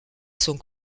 sont